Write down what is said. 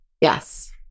Yes